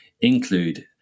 include